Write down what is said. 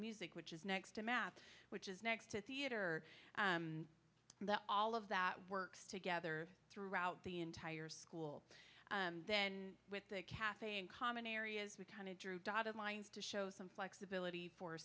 music which is next to math which is next to theater that all of that works together throughout the entire school then with the caf in common areas we kind of drew dotted lines to show some flexibility for